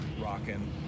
rocking